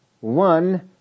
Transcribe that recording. one